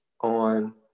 on